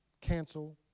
cancel